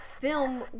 film